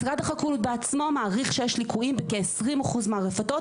משרד החקלאות בעצמו מעריך שיש ליקויים בכ-20% מהרפתות.